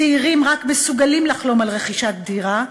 צעירים רק מסוגלים לחלום על רכישת דירה,